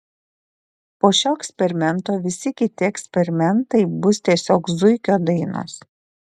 po šio eksperimento visi kiti eksperimentai bus tiesiog zuikio dainos